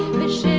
mishy